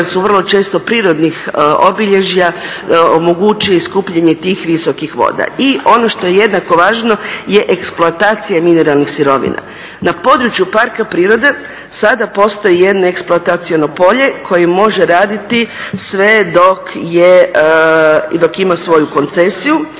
su vrlo često prirodnih obilježja omogući skupljanje tih visokih voda. I ono što je jednako važno je eksploatacija mineralnih sirovina. Na području parka prirode sada postoji jedno eksploatacijono polje koje može raditi sve dok ima svoju koncesiju